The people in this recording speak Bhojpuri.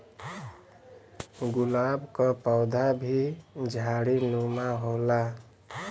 गुलाब क पौधा भी झाड़ीनुमा होला